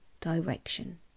direction